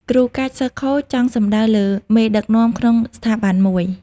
គ្រូកាច សិស្សខូច ចង់សំដៅលើមេដឹកនាំក្នុងស្ថាប័នមួយ។